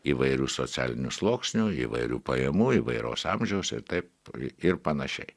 įvairių socialinių sluoksnių įvairių pajamų įvairaus amžiaus ir taip ir panašiai